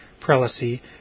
prelacy